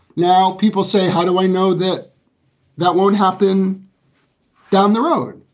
now people say, how do i know that that won't happen down the road?